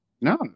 No